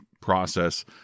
process